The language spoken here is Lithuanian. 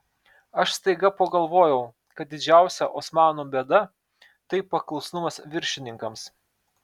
aš staiga pagalvojau kad didžiausia osmanų bėda tai paklusnumas viršininkams